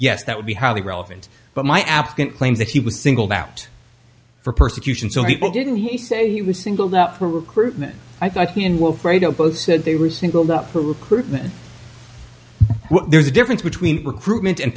yes that would be highly relevant but my applicant claims that he was singled out for persecution so people didn't he say he was singled out for recruitment i think both said they were singled out for recruitment there's a difference between recruitment and